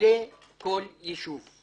ממלא כל יישוב.